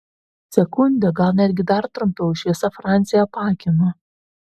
sekundę gal netgi dar trumpiau šviesa francį apakino